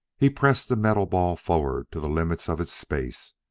he pressed the metal ball forward to the limit of its space,